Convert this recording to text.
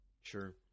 Sure